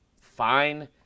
Fine